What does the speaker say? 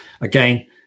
again